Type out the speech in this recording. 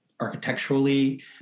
architecturally